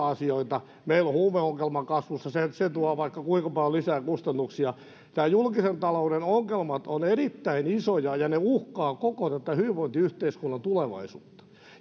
asioita meillä on huumeongelma kasvussa se se tuo vaikka kuinka paljon lisää kustannuksia nämä julkisen talouden ongelmat ovat erittäin isoja ja uhkaavat koko tämän hyvinvointiyhteiskunnan tulevaisuutta